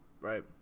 Right